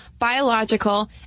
biological